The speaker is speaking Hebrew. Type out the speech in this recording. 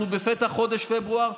אנחנו בפתח חודש פברואר,